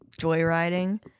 joyriding